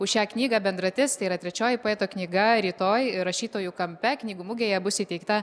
už šią knygą bendratis tai yra trečioji poeto knyga rytoj rašytojų kampe knygų mugėje bus įteikta